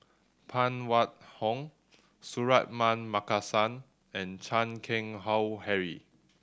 Phan Wait Hong Suratman Markasan and Chan Keng Howe Harry